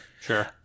sure